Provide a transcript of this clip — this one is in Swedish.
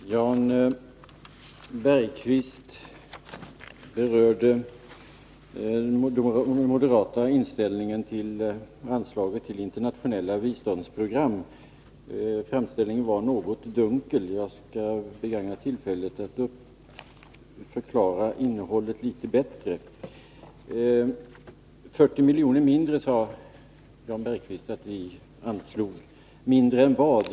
Fru talman! Jan Bergqvist berörde den moderata inställningen till anslaget till internationella biståndsprogram. Framställningen var något dunkel, och jag skall begagna tillfället att förklara innehållet i vår uppfattning litet bättre. 40 miljoner mindre sade Jan Bergqvist att vi anslog. Mindre än vad?